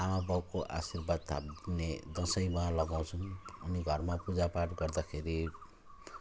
आमाबाउको आशीर्वाद थाप्ने दसैँमा लगाउछौँ अनि घरमा पूजापाठ गर्दाखेरि